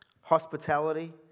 hospitality